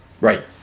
right